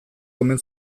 omen